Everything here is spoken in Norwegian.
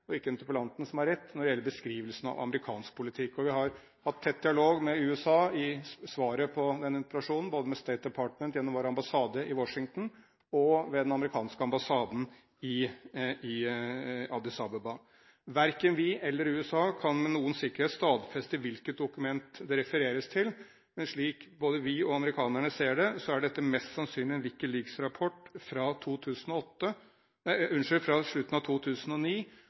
og ikke interpellanten, som har rett når det gjelder beskrivelsen av amerikansk politikk. Vi har hatt tett dialog med USA i svaret på denne interpellasjonen, både med State Department, gjennom vår ambassade i Washington, og med den amerikanske ambassaden i Addis Abeba. Verken vi eller USA kan med noen sikkerhet stadfeste hvilket dokument det refereres til, men slik både vi og amerikanerne ser det, er dette mest sannsynlig en WikiLeaks-rapport fra